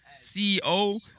CEO